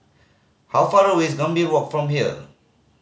how far away is Gambir Walk from here